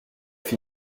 fait